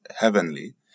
Heavenly